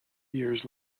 years